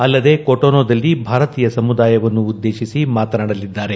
ಅಲ್ಲದೆ ಕೊಟೊನೊದಲ್ಲಿ ಭಾರತೀಯ ಸಮುದಾಯವನ್ನು ಉದ್ದೇಶಿಸಿ ಮಾತನಾಡಲಿದ್ದಾರೆ